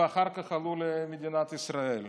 ואחר כך עלו למדינת ישראל.